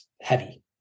heavy